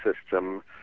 system